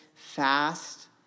Fast